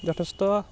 যথেষ্ট